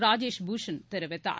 ராஜேஷ் பூஷன் தெரிவித்தார்